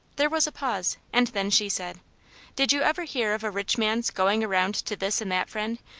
there was a pause, and then she said did you ever hear of a rich man's going around to this and that friend,